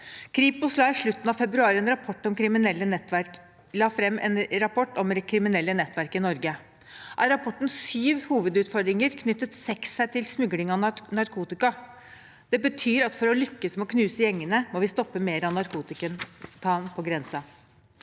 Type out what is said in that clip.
av februar fram en rapport om kriminelle nettverk i Norge. Av rapportens sju hovedutfordringer knyttet seks seg til smugling av narkotika. Det betyr at for å lykkes med å knuse gjengene, må vi stoppe mer narkotika på grensen.